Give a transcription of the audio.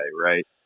right